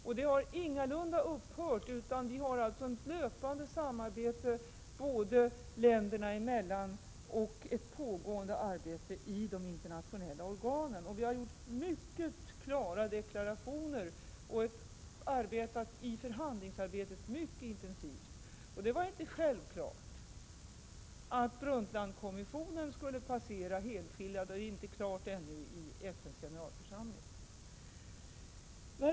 Arbetet har ingalunda upphört, vi har ett löpande samarbete båda länderna emellan och ett pågående arbete i de internationella organen. Vi har gjort mycket klara deklarationer och arbetat mycket intensivt i förhandlingarna. Det var inte självklart att Brundtlandkommissionen skulle passera helskinnad, och det är inte klart ännu i FN:s generalförsamling.